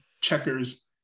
checkers